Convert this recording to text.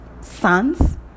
sons